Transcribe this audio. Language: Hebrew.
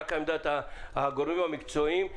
אלא רק עמדת הגורמים המקצועיים.